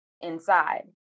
inside